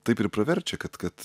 taip ir praverčia kad kad